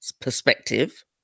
perspective